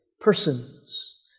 Persons